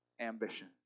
ambition